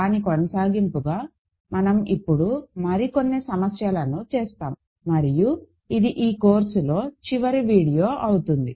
దాని కొనసాగింపుగా మనం ఇప్పుడు మరికొన్ని సమస్యలను చేస్తాము మరియు ఇది ఈ కోర్సులో చివరి వీడియో అవుతుంది